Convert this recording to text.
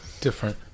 different